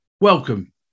Welcome